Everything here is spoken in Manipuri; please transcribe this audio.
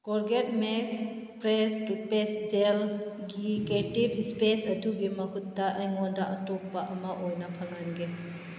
ꯀꯣꯔꯒꯦꯠ ꯃꯦꯛꯁ ꯐ꯭ꯔꯦꯁ ꯇꯨꯠꯄꯦꯁ ꯖꯦꯜꯒꯤ ꯀꯦꯇꯤꯞ ꯏꯁꯄꯦꯁ ꯑꯗꯨꯒꯤ ꯃꯍꯨꯠꯇ ꯑꯩꯉꯣꯟꯗ ꯑꯇꯣꯞꯄ ꯑꯃ ꯑꯣꯏꯅ ꯐꯪꯍꯟꯒꯦ